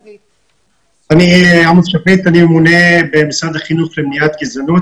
אני הממונה במשרד החינוך על מניעת גזענות.